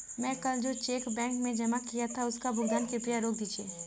मैं कल जो चेक बैंक में जमा किया था उसका भुगतान कृपया रोक दीजिए